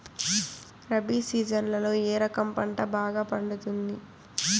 రబి సీజన్లలో ఏ రకం పంట బాగా పండుతుంది